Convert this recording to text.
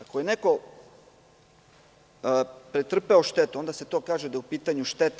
Ako je neko pretrpeo štetu, onda se kaže da je u pitanju šteta.